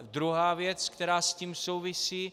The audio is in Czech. Druhá věc, která s tím souvisí.